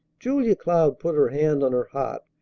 julia cloud put her hand on her heart,